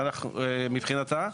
מבחינתה,